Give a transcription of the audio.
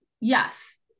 yes